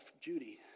Judy